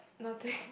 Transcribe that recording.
nothing